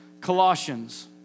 Colossians